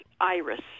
iris